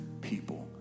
people